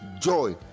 joy